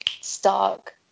Stark